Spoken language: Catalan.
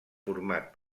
format